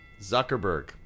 Zuckerberg